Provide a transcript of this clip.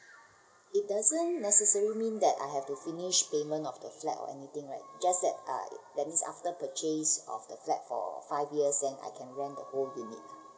it doesn't necessarily mean that I have to finish payment of the flat or anythign right just that uh that means after purchased of the flat for five years then I can rent the whole unit